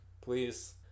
Please